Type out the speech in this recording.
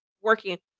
working